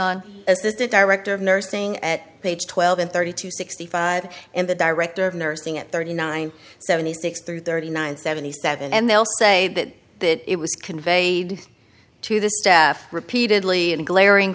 on assistant director of nursing at page twelve in thirty to sixty five and the director of nursing at thirty nine seventy six through thirty nine seventy seven and they'll say that it was conveyed to the staff repeatedly and glaring